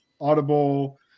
audible